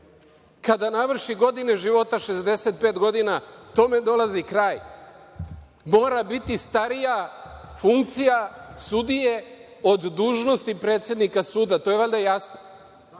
Kada navrši godine života, 65 godina, tome dolazi kraj. Mora biti starija funkcija sudije od dužnosti predsednika suda. To je valjda